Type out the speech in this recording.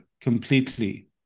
completely